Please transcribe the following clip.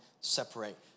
separate